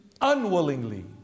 unwillingly